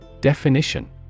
definition